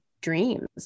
dreams